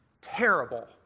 terrible